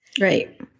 Right